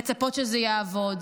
לצפות שזה יעבוד.